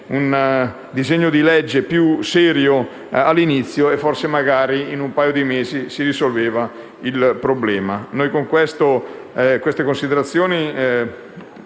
un disegno di legge più serio all'inizio e forse magari, in un paio di mesi, si sarebbe risolto il problema. Con queste considerazioni